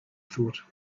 thought